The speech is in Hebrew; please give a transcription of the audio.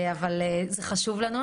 אבל זה חשוב לנו,